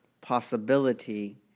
possibility